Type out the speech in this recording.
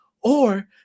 or-